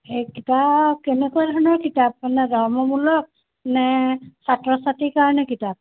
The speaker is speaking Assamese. এই কিতাপ কেনেকুৱা ধৰণৰ কিতাপ মানে ধৰ্মমূলক নে ছাত্ৰ ছাত্ৰীৰ কাৰণে কিতাপ